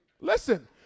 Listen